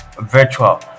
virtual